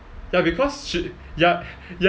ya because she ya ya